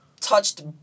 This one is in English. touched